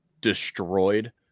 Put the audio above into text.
destroyed